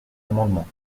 amendement